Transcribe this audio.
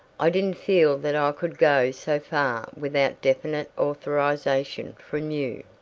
i didn't feel that i could go so far without definite authorization from you.